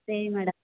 சரி மேடம்